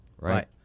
Right